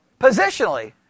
Positionally